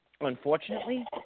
unfortunately